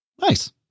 Nice